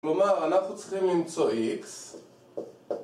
כלומר אנחנו צריכים למצוא x